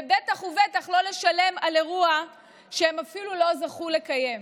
ובטח ובטח שלא לשלם על אירוע שהם אפילו לא זכו לקיים.